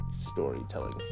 storytelling